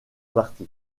parti